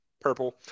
purple